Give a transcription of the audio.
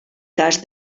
cas